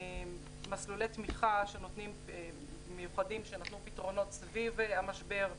מסלולי תמיכה מיוחדים שנתנו פתרונות סביב המשבר,